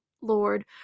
lord